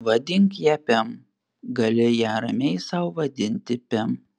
vadink ją pem gali ją ramiai sau vadinti pem